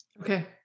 Okay